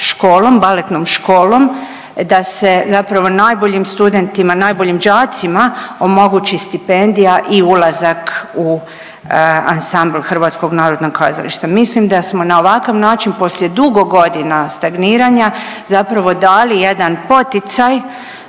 Baletnom školom da se zapravo najboljim studentima, najboljim đacima omogući stipendija i ulazak u Ansambl HNK. Mislim da smo na ovakav način poslije dugo godina stagniranja zapravo dali jedan poticaj